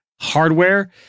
hardware